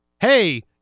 hey